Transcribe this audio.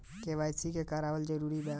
KYC करवावल जरूरी बा?